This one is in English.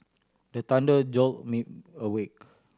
the thunder jolt me awake